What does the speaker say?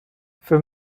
für